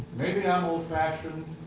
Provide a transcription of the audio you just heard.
maybe i'm old fashioned.